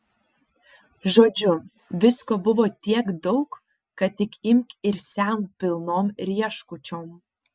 žodžiu visko buvo tiek daug kad tik imk ir semk pilnom rieškučiom